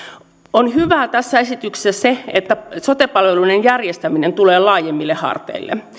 on hyvää tässä esityksessä se että sote palveluiden järjestäminen tulee laajemmille harteille